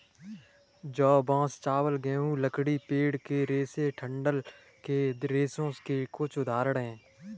जौ, बांस, चावल, गेहूं, लकड़ी, पेड़ के रेशे डंठल के रेशों के कुछ उदाहरण हैं